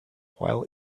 while